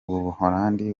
buholandi